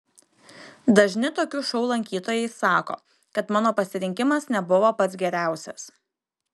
dažni tokių šou lankytojai sako kad mano pasirinkimas nebuvo pats geriausias